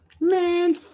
Man